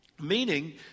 meaning